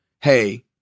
hey